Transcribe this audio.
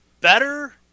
better